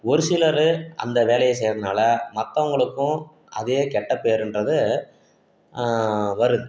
ஒரு சிலர் அந்த வேலையை செய்யறதுனால மற்றவங்களுக்கும் அதே கெட்ட பேருன்றது வருது